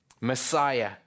Messiah